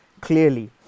clearly